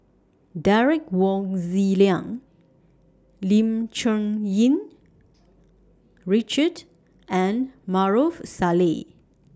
Derek Wong Zi Liang Lim Cherng Yih Richard and Maarof Salleh